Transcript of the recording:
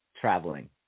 traveling